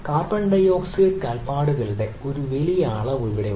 carbon dioxide കാൽപ്പാടുകളുടെ ഒരു വലിയ അളവ് ഉണ്ട്